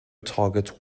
target